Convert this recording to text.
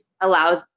allows